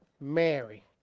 Mary